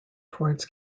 towards